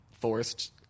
forced